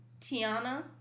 Tiana